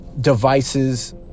devices